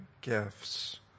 gifts